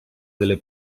delle